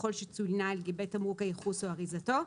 ככל שצוינה על גבי תמרוק הייחוס או אריזתו,